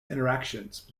interactions